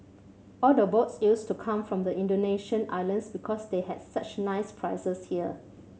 all the boats used to come from the Indonesian islands because they had such nice prizes here